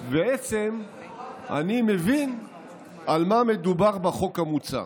ובעצם אני מבין על מה מדובר בחוק המוצע.